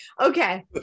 Okay